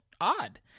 odd